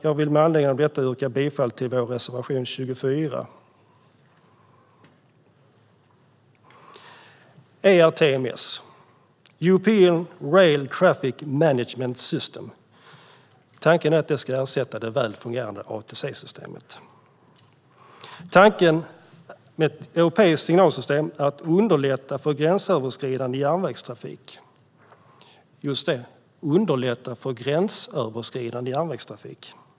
Jag vill med anledning av detta yrka bifall till vår reservation 24. Tanken är att ERTMS, European Rail Traffic Management System, ska ersätta det väl fungerande ATC-systemet. Tanken med ett europeiskt signalsystem är att underlätta för gränsöverskridande järnvägstrafik - just det: underlätta för gränsöverskridande järnvägstrafik.